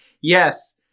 Yes